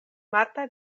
marta